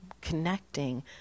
connecting